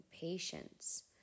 patience